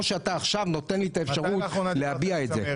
שאתה עכשיו נותן לי את האפשרות להביע את זה.